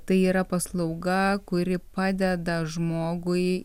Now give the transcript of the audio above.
tai yra paslauga kuri padeda žmogui